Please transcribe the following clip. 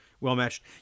well-matched